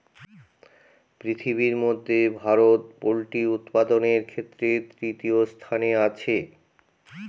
পৃথিবীর মধ্যে ভারত পোল্ট্রি উৎপাদনের ক্ষেত্রে তৃতীয় স্থানে আছে